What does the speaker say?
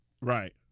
right